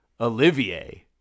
Olivier